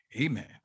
amen